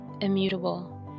immutable